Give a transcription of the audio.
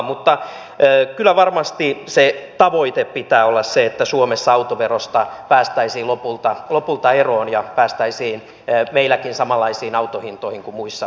mutta kyllä varmasti sen tavoitteen pitää olla se että suomessa autoverosta päästäisiin lopulta eroon ja päästäisiin meilläkin samanlaisiin autonhintoihin kuin muissa euroopan maissa